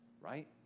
right